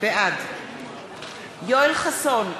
בעד יואל חסון,